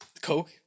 Coke